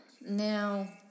now